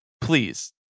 please